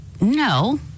No